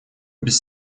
без